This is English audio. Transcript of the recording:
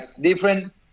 different